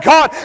God